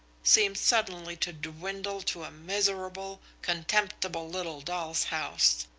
seemed suddenly to dwindle to a miserable, contemptible little doll's house.